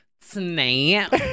Snap